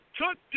took